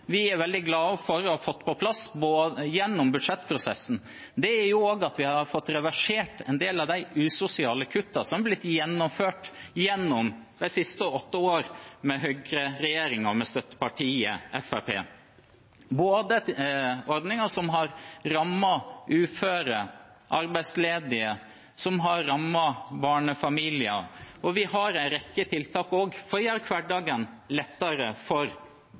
veldig glad for å ha fått på plass gjennom budsjettprosessen, er at vi har fått reversert en del av de usosiale kuttene som er blitt gjennomført de siste åtte årene med høyreregjeringen og støttepartiet Fremskrittspartiet – ordninger som har rammet både uføre, arbeidsledige og barnefamilier. Vi har også en rekke tiltak for å gjøre hverdagen lettere for